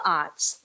arts